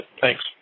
Thanks